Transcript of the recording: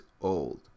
old